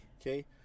Okay